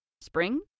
Spring